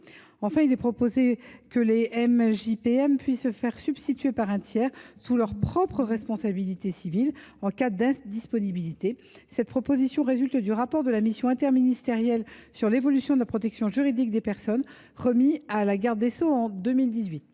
Ensuite, il est proposé que les MJPM puissent se faire remplacer par un tiers, sous leur propre responsabilité civile, en cas d’indisponibilité. Cette proposition résulte du rapport de la mission interministérielle sur l’évolution de la protection juridique des personnes, remis à la garde des sceaux en 2018